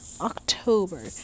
October